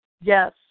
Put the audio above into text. yes